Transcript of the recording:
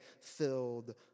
filled